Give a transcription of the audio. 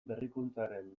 berrikuntzaren